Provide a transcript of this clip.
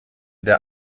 der